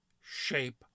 shape